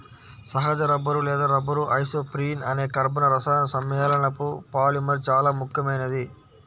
సహజ రబ్బరు లేదా rubber isoprene అనే కర్బన రసాయన సమ్మేళనపు పాలిమర్ చాలా ముఖ్యమైనది